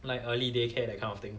like early day care that kind of thing